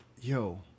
Yo